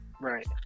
Right